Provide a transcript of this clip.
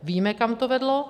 Víme, kam to vedlo.